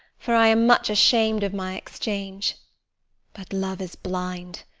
for i am much asham'd of my exchange but love is blind,